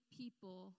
people